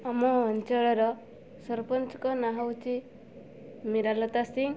ଆମ ଅଞ୍ଚଳର ସରପଞ୍ଚଙ୍କ ନାଁ ହେଉଛି ମୀରା ଲତା ସିଂ